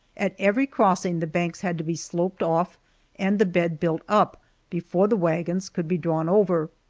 at every crossing the banks had to be sloped off and the bed built up before the wagons could be drawn over.